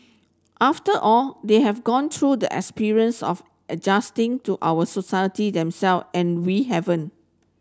after all they have gone through the experience of adjusting to our society themselves and we haven't